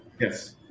Yes